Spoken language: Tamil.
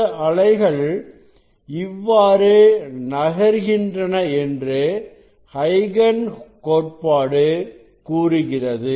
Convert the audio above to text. இந்த அலைகள் இவ்வாறு நகர்கின்றன என்று ஐகன் கோட்பாடு கூறுகிறது